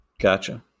Gotcha